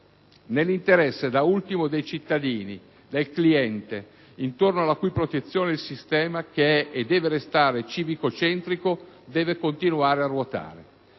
nell'interesse da ultimo dei cittadini, del cliente, intorno alla cui protezione il sistema - che è e deve restare "civicocentrico" - deve continuare a ruotare.